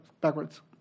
backwards